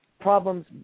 problems